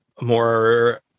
more